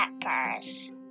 peppers